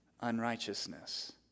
unrighteousness